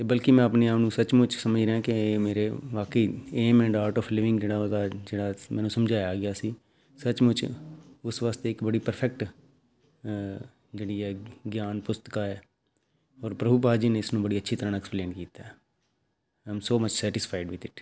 ਅਤੇ ਬਲਕਿ ਮੈਂ ਆਪਣੇ ਆਪ ਨੂੰ ਸੱਚਮੁੱਚ ਸਮਝ ਰਿਹਾ ਕਿ ਇਹ ਮੇਰੇ ਬਾਕੀ aim and Art of Living ਜਿਹੜਾ ਉਹਦਾ ਜਿਹੜਾ ਮੈਨੂੰ ਸਮਝਾਇਆ ਗਿਆ ਸੀ ਸਚਮੁੱਚ ਉਸ ਵਾਸਤੇ ਇੱਕ ਬੜੀ ਪਰਫੈਕਟ ਜਿਹੜੀ ਹੈ ਗਿਆਨ ਪੁਸਤਕਾ ਹੈ ਔਰ ਪ੍ਰਭੂ ਪਾਦਾ ਜੀ ਨੇ ਇਸ ਨੂੰ ਬੜੀ ਅੱਛੀ ਤਰ੍ਹਾਂ ਨਾਲ ਐਕਸਪਲੇਨ ਕੀਤਾ am so much satisfied with it